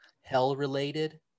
hell-related